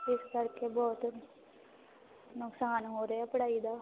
ਇਸ ਕਰਕੇ ਬਹੁਤ ਨੁਕਸਾਨ ਹੋ ਰਿਹਾ ਪੜ੍ਹਾਈ ਦਾ